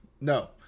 no